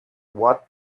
what